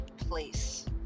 place